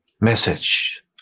message